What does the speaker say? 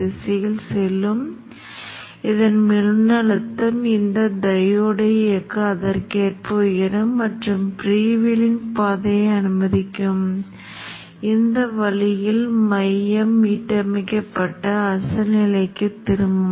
மின்காந்த மின்மாற்றிக்கு ஒரு முதன்மை டாட் புள்ளி முதன்மை டாட் அல்லாத புள்ளி இரண்டாம் டாட் புள்ளி இரண்டாம் டாட் அல்லாத புள்ளி ஒரு இயல்புநிலை முதன்மை எண் திருப்பங்கள் இரண்டாம் எண் திருப்பங்கள் மற்றும் C ஆகிய மாதிரி உள்ளது